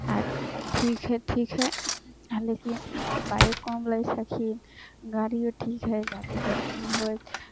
आ ठीक हइ ठीक हइ हँ लेकिन पाइयो कम लै छलखिन गाड़ियो ठीक हइ ज्यादे जर्किन होइ